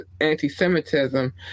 anti-semitism